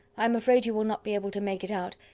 i am afraid you will not be able to make it out,